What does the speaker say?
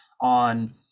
on